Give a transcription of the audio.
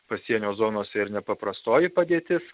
pasienio zonose ir nepaprastoji padėtis